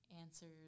answers